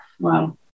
Wow